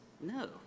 No